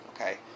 Okay